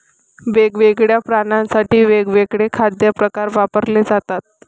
वेगवेगळ्या प्राण्यांसाठी वेगवेगळे खाद्य प्रकार वापरले जातात